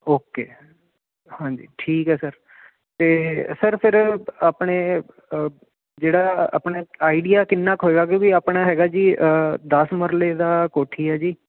okay ਹਾਂਜੀ ਠੀਕ ਹ ਸਰ ਤੇ ਸਰ ਫਿਰ ਆਪਣੇ ਜਿਹੜਾ ਆਪਣੇ ਆਈਡੀਆ ਕਿੰਨਾ ਕ ਹੋਏਗਾ ਕਿ ਆਪਣਾ ਹੈਗਾ ਜੀ ਦਸ ਮਰਲੇ ਦਾ ਕੋਠੀ ਹੈ ਜੀ